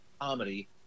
comedy